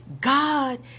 God